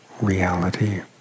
reality